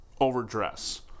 Overdress